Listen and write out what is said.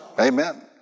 Amen